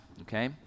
okay